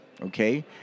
okay